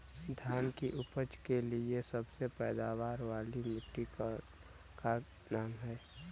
धान की उपज के लिए सबसे पैदावार वाली मिट्टी क का नाम ह?